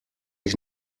ich